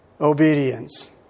obedience